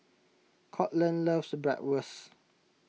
Courtland loves Bratwurst